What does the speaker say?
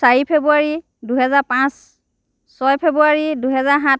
চাৰি ফেব্ৰুৱাৰী দুই হাজাৰ পাঁচ ছয় ফেব্ৰুৱাৰী দুই হাজাৰ সাত